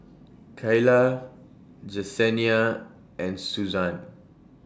Cayla Jessenia and Suzan